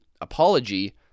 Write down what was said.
apology